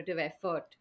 effort